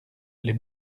les